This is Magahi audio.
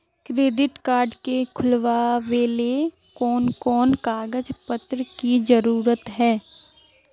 क्रेडिट कार्ड के खुलावेले कोन कोन कागज पत्र की जरूरत है?